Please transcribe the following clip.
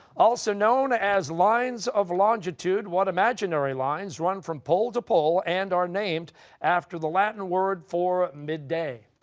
also known as lines of longitude, what imaginary lines run from pole to pole and are named after the latin word for mid-day?